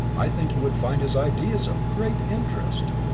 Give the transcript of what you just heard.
i think you would find his ideas of great interest.